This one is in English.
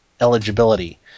eligibility